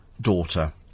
daughter